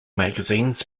magazines